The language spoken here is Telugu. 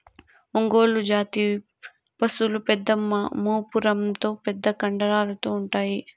ఒంగోలు జాతి పసులు పెద్ద మూపురంతో పెద్ద కండరాలతో ఉంటాయి